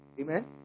Amen